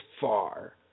far